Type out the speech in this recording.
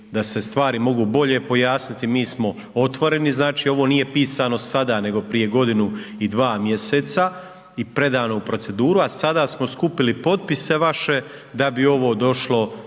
da se stvari mogu bolje pojasniti mi smo otvoreni, znači ovo nije pisano sada nego prije godinu i dva mjeseca i predano u proceduru, a sada smo skupili potpise vaše da bi ovo došlo